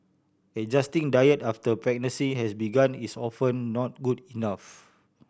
adjusting diet after a pregnancy has begun is often not good enough